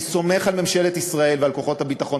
אני סומך על ממשלת ישראל ועל כוחות הביטחון.